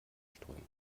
strömen